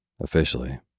Officially